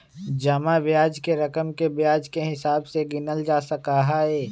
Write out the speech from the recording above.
जमा ब्याज के रकम के ब्याज के हिसाब से गिनल जा सका हई